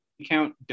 account